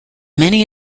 many